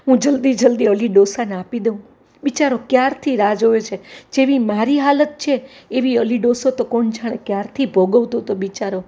હું જલદી જ લદી અલી ડોસાને આપી દઉં બિચારો ક્યારથી રાહ જુએ છે જેવી મારી હાલત છે એવી અલી ડોસો તો કોણ જાણે ક્યારથી ભોગવતો હતો બિચારો